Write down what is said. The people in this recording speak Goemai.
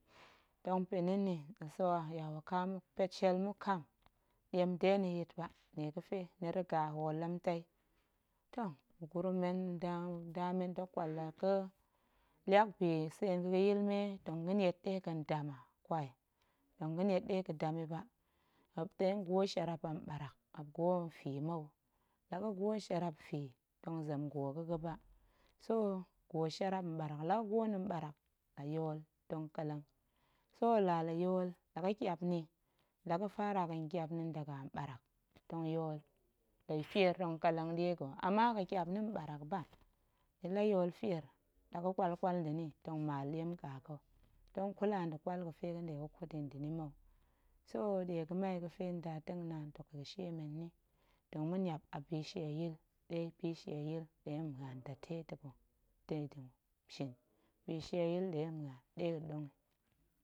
Tong pa̱ni nni, la swa ya wakaam pet shiel muk kam ɗiem de na̱ yit ba nniepe ni riga hool ɗemtei, toh ma̱gurum men nda men dok ƙwal la ga̱ liak bi tseen ga̱yil mee tong ga̱niet dega̱n dam a, kwai tong ga̱niet ɗe ga̱dam yi ba, muop nɗe go shiarap a ɓarak tong ga̱niet ɗe fii yi mou, la ga̱ go shiarap nfii tong zem gwo ga̱ ga̱ba, so gwo shiarap mɓarak la gə gwo ni mɓarak la yool tong ƙelleng, so laa la yool la ga̱ ƙyap ni la ga̱ fara daga mɓarak la yool la fier tong ƙelleng ɗie ga̱ ama ga̱ ƙyap ni mɓarak ba, ni la yool fier la ga̱ ƙwalƙwal nda̱ ni tong maal ɗiem nƙa ga̱, tong kula nda̱ ƙwal ga̱fe ga̱nɗe tong ga̱kut yi nda̱ ni mou, so ɗie ga̱mai ga̱fe ndatengnaan dok yool shie men nni, tong ma̱niap a bishieyil, ɗe bishieyil ɗe mmuan ndate ta̱ dega̱n shin bishieyil ɗe muan ɗe ga̱ɗong yi.